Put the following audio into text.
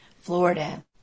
Florida